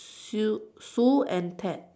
Sue Sue and pat